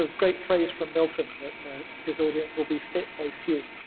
ah great phrase from milton that his audience will be fit though few.